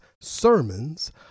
sermons